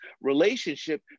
relationship